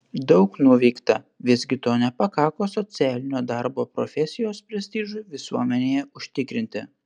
daug nuveikta visgi to nepakako socialinio darbo profesijos prestižui visuomenėje užtikrinti